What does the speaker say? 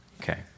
Okay